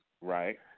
right